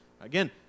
Again